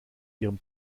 ihrem